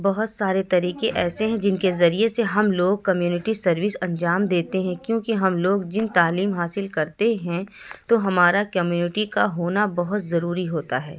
بہت سارے طریقے ایسے ہیں جن کے ذریعے سے ہم لوگ کمیونیٹی سروس انجام دیتے ہیں کیوں کہ ہم لوگ جن تعلیم حاصل کرتے ہیں تو ہمارا کمیونٹی کا ہونا بہت ضروری ہوتا ہے